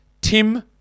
Tim